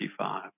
55